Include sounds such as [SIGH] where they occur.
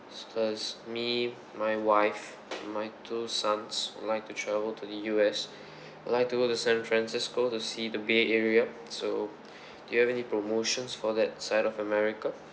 includes me my wife my two sons we'd like to travel to the U_S [BREATH] we'd like to go to san francisco to see the bay area so [BREATH] do you have any promotions for that side of america